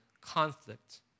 conflict